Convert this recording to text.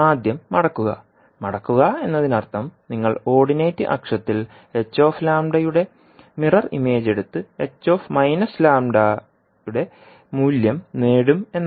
ആദ്യം മടക്കുക മടക്കുക എന്നതിനർത്ഥം നിങ്ങൾ ഓർഡിനേറ്റ് അക്ഷത്തിൽ hλ യുടെ മിറർ ഇമേജ് എടുത്ത് h λ യുടെ മൂല്യം നേടും എന്നാണ്